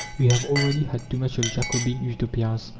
we have already had too much of jacobin utopias!